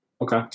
okay